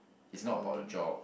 it's not about the job